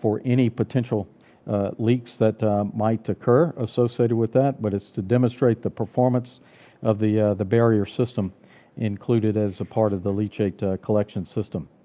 for any potential leaks that might occur associated with that. but it's to demonstrate the performance of the the barrier system included as a part of the leachate collection system.